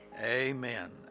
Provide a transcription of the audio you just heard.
Amen